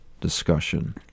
discussion